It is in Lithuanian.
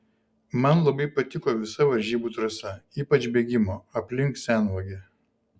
man labai patiko visa varžybų trasa ypač bėgimo aplink senvagę